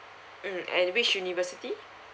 mm and which university